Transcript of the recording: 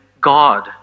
God